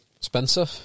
Spencer